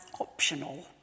optional